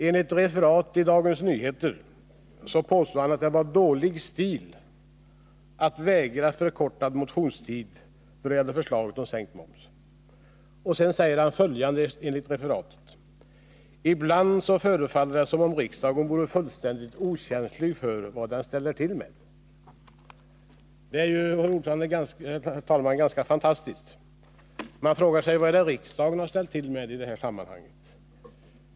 Enligt referat i Dagens Nyheter påstår han att det var ”dålig stil” att vägra förkortad motionstid då det gällde förslaget om sänkt moms. Sedan säger han följande enligt referatet: ”Ibland förefaller det som om riksdagen vore fullständigt okänslig för vad den ställer till med.” Detta är ju, herr talman, ganska fantastiskt. Man frågar sig vad det är som riksdagen har ställt till med i detta sammanhang.